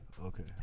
Okay